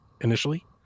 initially